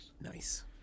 Nice